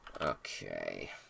Okay